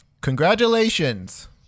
congratulations